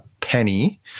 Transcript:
Penny